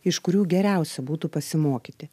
iš kurių geriausia būtų pasimokyti